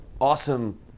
Awesome